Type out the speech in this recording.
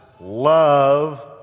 love